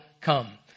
come